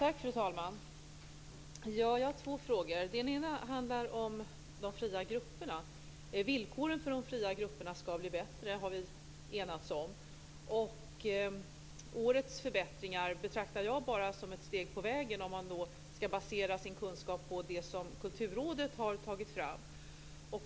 Fru talman! Jag har två frågor. Den ena handlar om de fria grupperna. Villkoren för de fria grupperna ska bli bättre. Det har vi enats om. Årets förbättringar betraktar jag bara som ett steg på vägen, om man ska basera sin kunskap på det Kulturrådet har tagit fram.